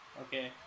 Okay